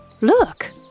Look